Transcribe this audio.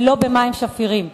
ולא במים שפירים.